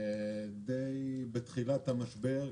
בתחילת המשבר,